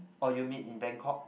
oh you meet in Bangkok